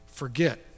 forget